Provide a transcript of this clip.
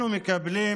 אנחנו מקבלים,